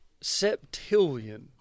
Septillion